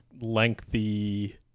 lengthy